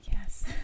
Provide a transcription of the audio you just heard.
Yes